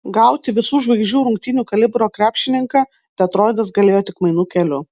gauti visų žvaigždžių rungtynių kalibro krepšininką detroitas galėjo tik mainų keliu